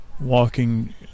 Walking